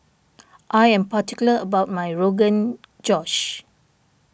I am particular about my Rogan Josh